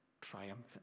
triumphant